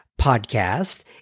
podcast